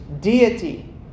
deity